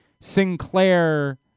Sinclair